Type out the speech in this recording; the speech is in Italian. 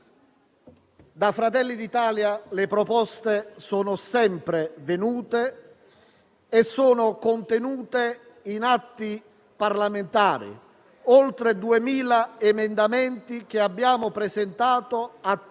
Da Fratelli d'Italia le proposte sono sempre venute e sono contenute in atti parlamentari: oltre 2.000 emendamenti che abbiamo presentato a